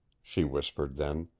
she whispered then.